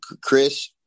Chris